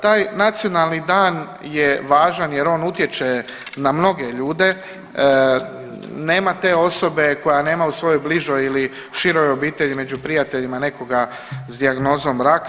Taj nacionalni dan je važan jer on utječe na mnoge ljude, nema te osobe koja nema u svojoj bližoj ili široj obitelji i među prijateljima s dijagnozom raka.